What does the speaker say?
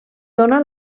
dóna